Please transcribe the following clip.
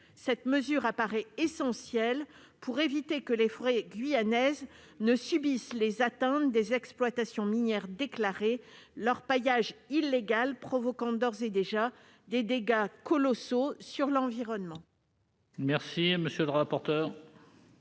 Cette mesure paraît essentielle pour éviter que les forêts guyanaises ne subissent les attentes des exploitations minières déclarées, l'orpaillage illégal provoquant d'ores et déjà des dégâts colossaux sur l'environnement.